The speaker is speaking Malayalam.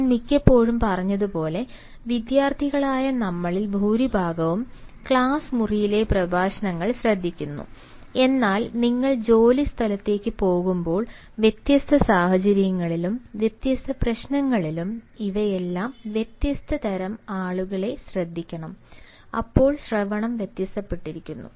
ഞാൻ മിക്കപ്പോഴും പറഞ്ഞതുപോലെ വിദ്യാർത്ഥികളായ നമ്മളിൽ ഭൂരിഭാഗവും ക്ലാസ് മുറിയിലെ പ്രഭാഷണങ്ങൾ ശ്രദ്ധിക്കുന്നു എന്നാൽ നിങ്ങൾ ജോലിസ്ഥലത്തേക്ക് പോകുമ്പോൾ വ്യത്യസ്ത സാഹചര്യങ്ങളിലും വ്യത്യസ്ത പ്രശ്നങ്ങളിലും ഇവയെല്ലാം വ്യത്യസ്ത തരം ആളുകളെ ശ്രദ്ധിക്കണം അപ്പോൾ ശ്രവണം വ്യത്യാസപ്പെട്ടിരിക്കുന്നു